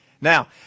Now